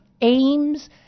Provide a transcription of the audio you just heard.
aims